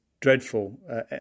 dreadful